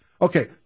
Okay